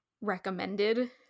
recommended